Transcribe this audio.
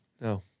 no